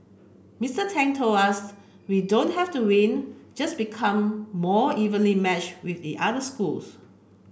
Mr Tang told us we don't have to win just become more evenly match with the other schools